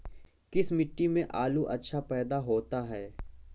किस मिट्टी में आलू अच्छा पैदा होता है?